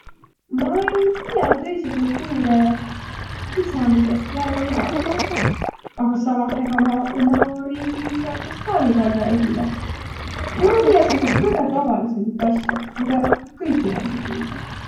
Ma ei tiiäq tõisi kultuurõ küdsämisest väega midägiq. Aga samah, ega ma uma riigi küdsämisest ka nii pall'o ei tiiäq. Ma tiiä sääntsit kõgõ tavalidsõmbit asjo, midä kõik inemiseq tiidväq.